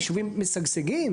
יישובים משגשגים.